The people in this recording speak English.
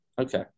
Okay